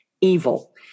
evil